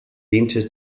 diente